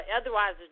Otherwise